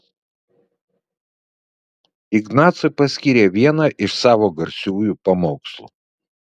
ignacui paskyrė vieną iš savo garsiųjų pamokslų